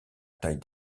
taille